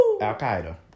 Al-Qaeda